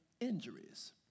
injuries